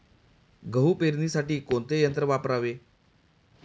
गहू पेरणीसाठी कोणते यंत्र वापरावे?